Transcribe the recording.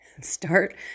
start